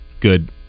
good